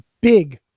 big